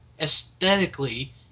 aesthetically